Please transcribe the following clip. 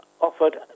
offered